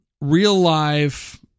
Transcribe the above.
real-life